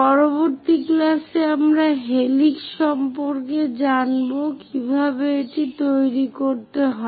পরবর্তী ক্লাসে আমরা হেলিক্স সম্পর্কে জানব কিভাবে এটি তৈরি করতে হয়